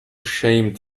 ashamed